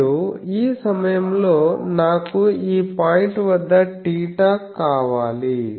మరియు ఈ సమయంలో నాకు ఈ పాయింట్ వద్ద θ కావాలి